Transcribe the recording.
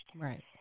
Right